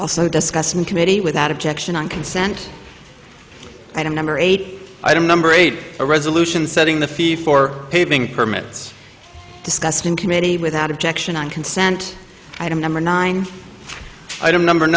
also discussed in committee without objection on consent i don't number eight i don't number eight a resolution setting the fee for paving permits discussed in committee without objection on consent item number nine item number